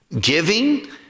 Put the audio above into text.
Giving